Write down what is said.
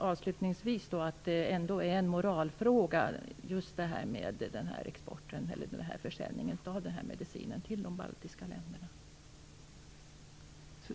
Avslutningsvis anser jag att exporten eller försäljningen av medicinen till de baltiska länderna är en fråga om moral.